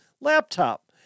laptop